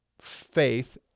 faith